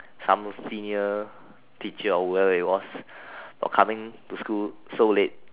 some senior teacher or whoever it was for coming to school so late